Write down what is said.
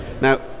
Now